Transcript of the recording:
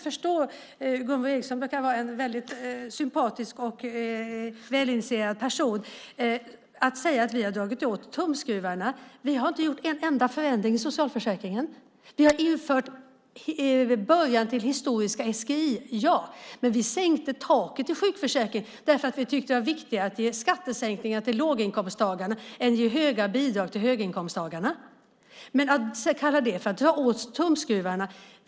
Gunvor G Ericson verkar vara en väldigt sympatisk och välinformerad person. Jag förstår inte det hon säger om att vi har dragit åt tumskruvarna. Vi har inte genomfört en enda förändring i socialförsäkringen. Vi har infört början till historiska SGI. Men vi sänkte taket i sjukförsäkringen därför att vi tyckte att det var viktigare att ge skattesänkningar till låginkomsttagarna än att ge höga bidrag till höginkomsttagarna. Man kan inte kalla det för att dra åt tumskruvarna.